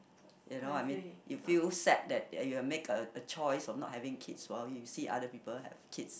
you know I mean you feel sad that you've made a a choice of not having kids while you see other people have kids